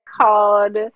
called